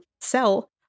sell